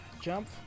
Jump